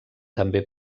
també